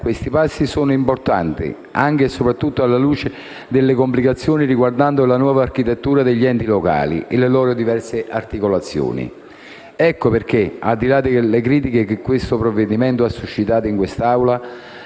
materia finanziaria, anche e soprattutto alla luce delle complicazioni riguardanti la nuova architettura degli enti locali e le loro diverse articolazioni. Ecco perché, al di là delle critiche che il provvedimento in esame ha suscitato in quest'Assemblea,